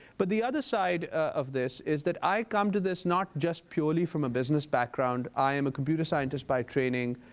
but the other side of this is that i come to this not just purely from a business background. i am a computer scientist by training.